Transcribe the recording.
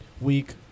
week